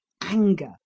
anger